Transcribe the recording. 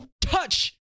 touch